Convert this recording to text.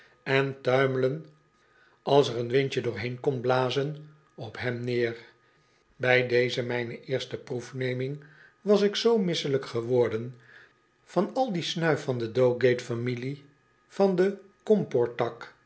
en tuimelen als er een windje door heen komt blazen op hem neer bij deze mijne eerste proefnemiug was ik zoo misselijk geworden van al die snuif van de dowgate familie vanden comport tak en